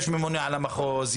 יש ממונה על המחוז,